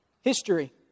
history